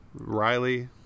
Riley